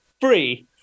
free